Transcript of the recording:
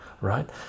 right